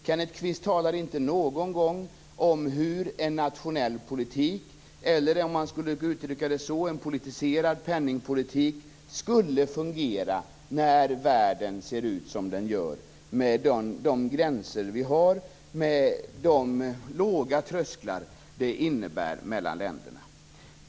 Kenneth Kvist talade inte någon gång om hur en nationell politik eller, om man skulle uttrycka det så, en politiserad penningpolitik skulle fungera när världen ser ut som den gör med de gränser vi har och de låga trösklar som det innebär mellan länderna.